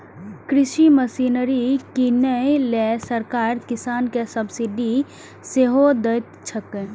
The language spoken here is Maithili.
कृषि मशीनरी कीनै लेल सरकार किसान कें सब्सिडी सेहो दैत छैक